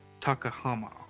Takahama